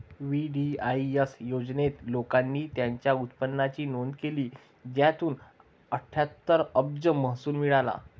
VDIS योजनेत, लोकांनी त्यांच्या उत्पन्नाची नोंद केली, ज्यातून अठ्ठ्याहत्तर अब्ज महसूल मिळाला